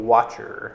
Watcher